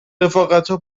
رفاقتا